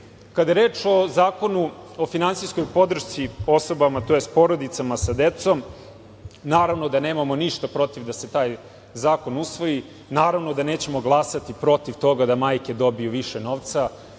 je reč o Zakonu o finansijskoj podršci osobama, tj. porodicama sa decom, naravno da nemamo ništa protiv da se taj zakon usvoji, naravno da nećemo glasati protiv toga da majke dobiju više novca.